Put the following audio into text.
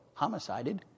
homicided